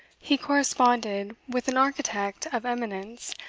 he corresponded with an architect of eminence,